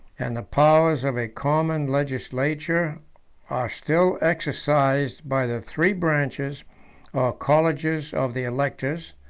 and the powers of a common legislature are still exercised by the three branches or colleges of the electors,